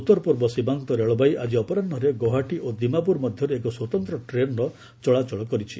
ଉତ୍ତରପୂର୍ବ ସୀମାନ୍ତ ରେଳବାଇ ଆଜି ଅପରାହୁରେ ଗୌହାଟୀ ଓ ଦିମାପୁର ମଧ୍ୟରେ ଏକ ସ୍ୱତନ୍ତ୍ର ଟ୍ରେନ୍ର ଚଳାଚଳ କରିଛି